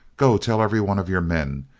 go tell every one of your men.